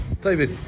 David